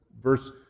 Verse